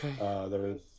Okay